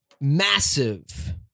massive